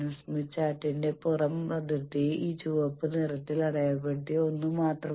Smith ചാർട്ടിന്റെ പുറം അതിർത്തി ഈ ചുവപ്പ് നിറത്തിൽ അടയാളപ്പെടുത്തിയ ഒന്ന് മാത്രമാണ്